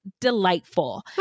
delightful